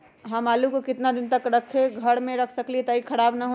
हम आलु को कितना दिन तक घर मे रख सकली ह ताकि खराब न होई?